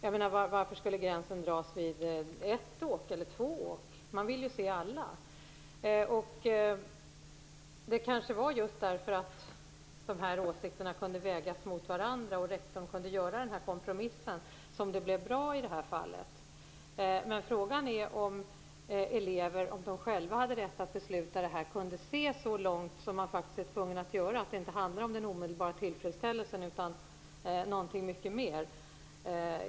Varför skulle gränsen dras vid ett åk eller två åk. Man ville ju se alla. Det kanske var just därför att de här åsikterna kunde vägas mot varandra, och rektorn kunde göra den här kompromissen, som det blev bra i det här fallet. Frågan är om eleverna, om de själva hade rätt att besluta om det här, kunde se så långt som man faktiskt är tvungen att göra; att det inte handlar om den omedelbara tillfredsställelsen utan om mycket mer än så.